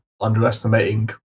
underestimating